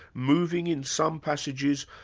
moving in some passages,